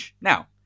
Now